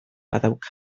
badauka